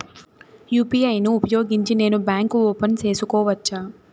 UPI ను ఉపయోగించి నేను బ్యాంకు ఓపెన్ సేసుకోవచ్చా?